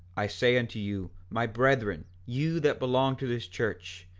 i say unto you, my brethren, you that belong to this church,